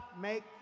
make